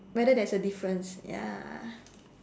whether there's a difference ya